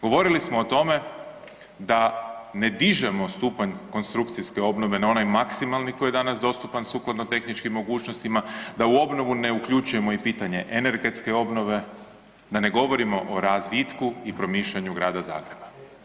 Govorili smo o tome da ne dižemo stupanj konstrukcijske obnove na onaj maksimalni koji je danas dostupan sukladno tehničkim mogućnostima, da u obnovu ne uključujemo i pitanje energetske obnove, da ne govorimo o razvitku i promišljanju Grada Zagreba.